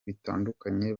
bitandukanye